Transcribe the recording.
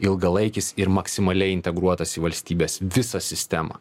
ilgalaikis ir maksimaliai integruotas į valstybės visą sistemą